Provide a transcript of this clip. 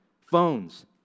Phones